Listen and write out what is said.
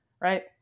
Right